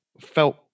Felt